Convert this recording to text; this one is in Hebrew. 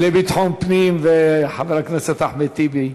לביטחון פנים וחבר הכנסת אחמד טיבי,